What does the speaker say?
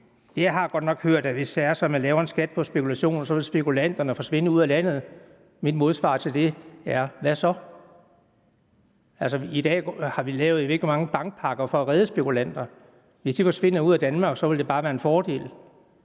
at jeg godt nok har hørt, at hvis man laver en skat på spekulationer, vil spekulanterne forsvinde ud af landet. Mit modsvar til det er: Og hvad så? Altså, i dag har vi lavet, jeg ved ikke hvor mange bankpakker for at redde spekulanter. Hvis spekulanter forsvinder ud af Danmark, vil det være en fordel,